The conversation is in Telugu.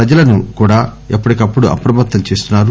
ప్రజలను కూడా ఎప్పటికప్పుడు అప్రమత్తం చేస్తున్నారు